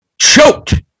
choked